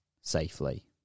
safely